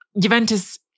Juventus